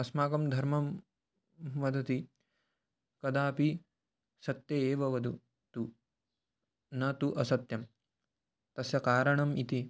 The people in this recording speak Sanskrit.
अस्माकं धर्मः वदति कदापि सत्यम् एव वदतु न तु असत्यं तस्य कारणम् इति